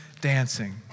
dancing